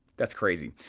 that's crazy.